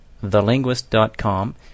thelinguist.com